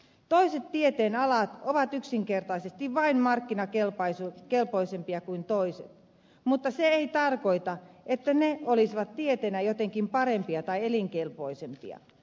toiset tieteenalat ovat yksinkertaisesti vain markkinakelpoisempia kuin toiset mutta se ei tarkoita että ne olisivat tieteenä jotenkin parempia tai elinkelpoisempia